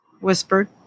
whispered